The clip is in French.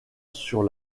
sur